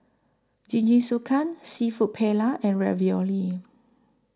Jingisukan Seafood Paella and Ravioli